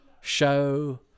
show